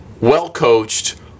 well-coached